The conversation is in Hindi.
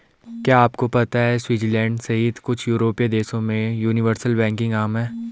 क्या आपको पता है स्विट्जरलैंड सहित कुछ यूरोपीय देशों में यूनिवर्सल बैंकिंग आम है?